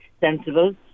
sensible